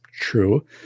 true